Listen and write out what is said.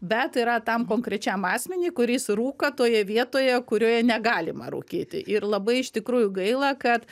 bet yra tam konkrečiam asmeniui kuris rūka toje vietoje kurioje negalima rūkyti ir labai iš tikrųjų gaila kad